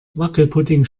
wackelpudding